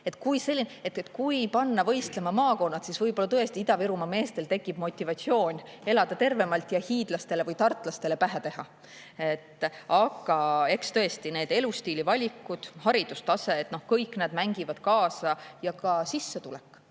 võistlust. Et kui panna võistlema maakonnad, siis võib-olla tõesti Ida-Virumaa meestel tekib motivatsioon elada tervemalt ja hiidlastele või tartlastele pähe teha. Aga eks tõesti need elustiili valikud, haridustase – kõik nad mängivad kaasa ja ka sissetulek,